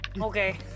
Okay